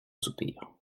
soupirs